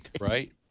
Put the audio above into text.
right